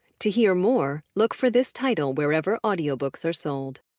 to hear more, look for this title wherever audiobooks are sold.